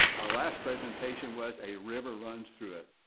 our last presentation was a river runs through it.